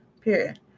period